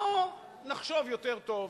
בוא נחשוב יותר טוב.